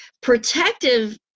protective